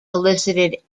elicited